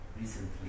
recently